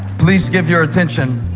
please give your attention